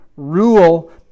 rule